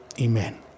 Amen